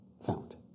found